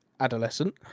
adolescent